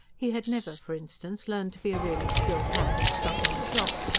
he had never, for instance, learned to be a really skilled hand at stocking a shop.